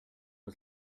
was